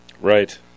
Right